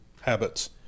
Habits